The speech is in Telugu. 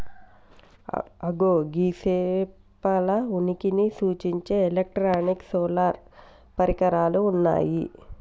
అగో గీ సేపల ఉనికిని సూచించే ఎలక్ట్రానిక్ సోనార్ పరికరాలు ఉన్నయ్యి